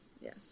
Yes